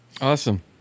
Awesome